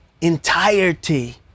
entirety